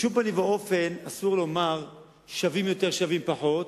בשום פנים ואופן אסור לומר שווים יותר שווים פחות,